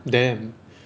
damn